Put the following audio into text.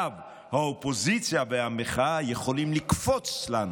האופוזיציה והמחאה יכולות לקפוץ לנו,